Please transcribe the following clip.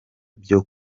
byo